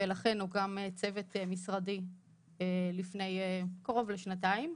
ולכן הוקם צוות משרדי לפני קרוב לשנתיים,